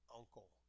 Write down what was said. uncle